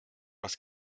was